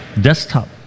desktop